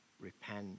repent